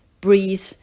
breathe